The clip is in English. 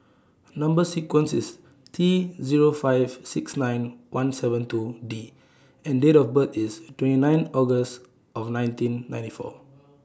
Number sequence IS T Zero five six nine one seven two D and Date of birth IS twenty nine August of nineteen ninety four